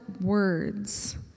words